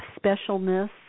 specialness